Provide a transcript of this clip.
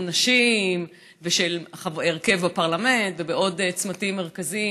נשים ושל הרכב בפרלמנט ועוד צמתים מרכזיים?